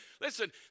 Listen